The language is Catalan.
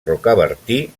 rocabertí